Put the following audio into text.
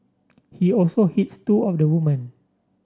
he also hits two of the woman